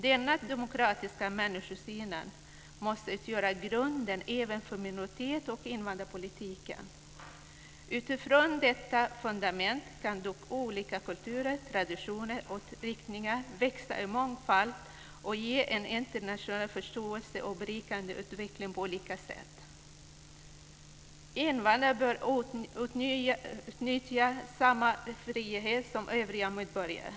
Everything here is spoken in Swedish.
Denna demokratiska människosyn måste utgöra grunden även för minoritets och invandrarpolitiken. Utifrån detta fundament kan olika kulturer, traditioner och riktningar växa i mångfald och ge en internationell förståelse och berikande utveckling på olika sätt. Invandrare bör åtnjuta samma frihet som övriga medborgare.